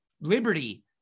Liberty